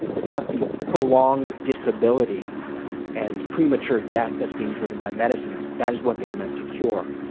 it's not the prolonged disability and premature death that's being driven by medicines. that is what they are meant to cure.